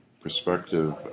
perspective